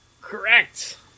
Correct